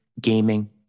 gaming